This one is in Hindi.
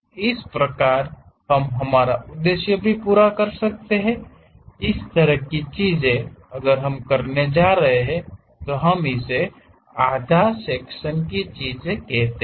इस प्रकार हम हमारा उद्देश्य भी पूरा करता है इस तरह की चीजें अगर हम करने जा रहे हैं तो हम इसे आधा सेक्शन की चीजें कहते हैं